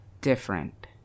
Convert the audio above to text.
different